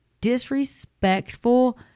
disrespectful